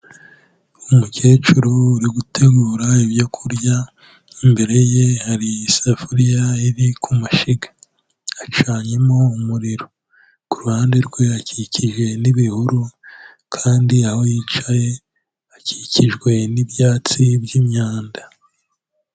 Umukecuru uri gutegura ibyo ku kurya, imbere ye hari isafuriya iri ku mashyiga, acanyemo umuriro, ku ruhande rwe akikije n'ibihuru kandi aho yicaye akikijwe n'ibyatsi by'imyanda.